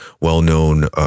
well-known